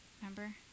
Remember